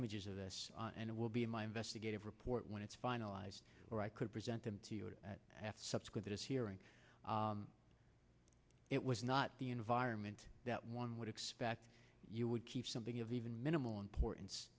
images of this and it will be my investigative report when it's finalised or i could present them to you have to subscribe to this hearing it was not the environment that one would expect you would keep something of even minimal importance